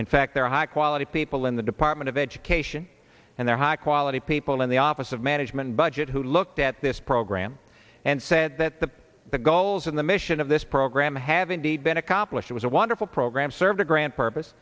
in fact there are high quality people in the department of education and their high quality people in the office of management budget who looked at this program and said that the goals in the mission of this program have indeed been accomplished was a wonderful program served a grant purpose